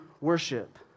worship